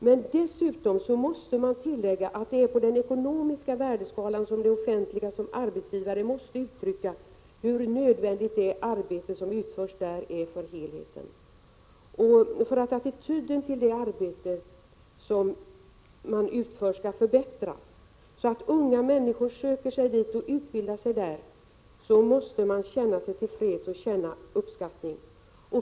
Men dessutom måste man tillägga att det är på den ekonomiska värdeskalan som det offentliga såsom arbetsgivare måste uttrycka hur nödvändigt det arbete som utförs där är för helheten. För att attityden till arbetet inom den offentliga vårdsektorn skall förbättras, så att unga människor söker sig dit och utbildar sig där, måste man känna sig till freds och känna uppskattning.